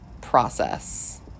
process